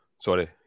Sorry